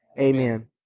Amen